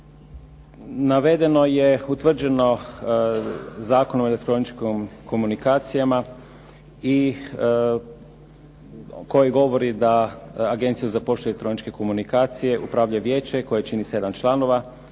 Navedeno je utvrđeno Zakonom o elektroničkim komunikacijama koji govori da Agencijom za poštu i elektroničke komunikacije upravlja Vijeće koje čini sedam članova